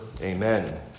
Amen